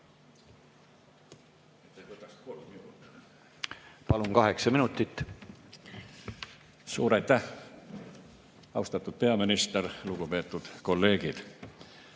Palun, kaheksa minutit! Suur aitäh! Austatud peaminister! Lugupeetud kolleegid!